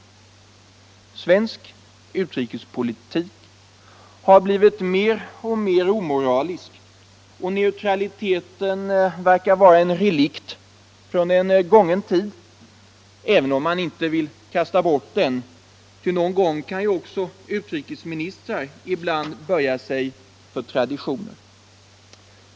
Svensk utrikespolitik har blivit mer och mer omoralisk, och neutraliteten verkar vara en relikt från en gången tid — även om man inte vill kasta bort den, utan någon gång kan också utrikesministrar böja sig för traditioner.